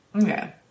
Okay